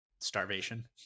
starvation